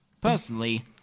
Personally